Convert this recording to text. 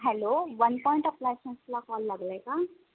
hello one point अप्लायसन्सला call लागला आहे का